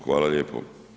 Hvala lijepo.